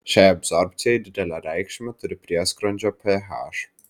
šiai absorbcijai didelę reikšmę turi prieskrandžio ph